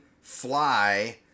fly